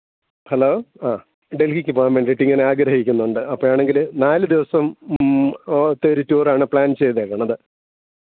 hello അ ഡെൽഹിക്ക് പോകാൻ വേണ്ടിയിട്ടിങ്ങനാഗ്രഹിക്കുന്നുണ്ട് അപ്പോഴാണെങ്കിൽ നാല് ദിവസം ത്തെ ഒരു ടൂറാണ് പ്ലാൻ ചെയ്തിരിക്കുന്നത്